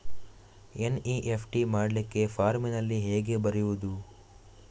NEFT ಮಾಡ್ಲಿಕ್ಕೆ ಫಾರ್ಮಿನಲ್ಲಿ ಹೇಗೆ ಬರೆಯುವುದು?